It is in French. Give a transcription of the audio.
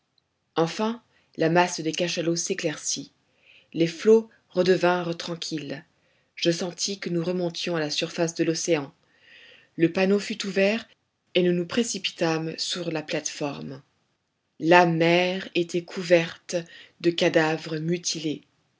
enfin la masse des cachalots s'éclaircit les flots redevinrent tranquilles je sentis que nous remontions à la surface de l'océan le panneau fut ouvert et nous nous précipitâmes sur la plate-forme la mer était couverte de cadavres mutilés